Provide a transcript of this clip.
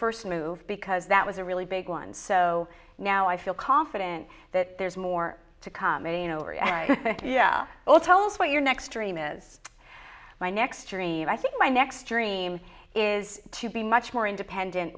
first move because that was a really big one so now i feel confident that there's more to come yeah well tell us what your next dream is my next arena i think my next dream is to be much more independent